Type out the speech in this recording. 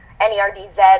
N-E-R-D-Z